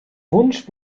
wunsch